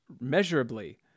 measurably